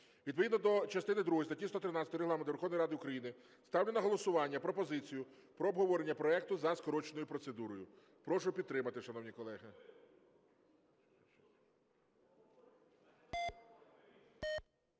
Відповідно до частини другої статті 113 Регламенту Верховної Ради України ставлю на голосування пропозицію про обговорення проекту за скороченою процедурою. Прошу підтримати, шановні колеги.